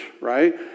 right